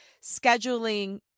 scheduling